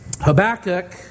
Habakkuk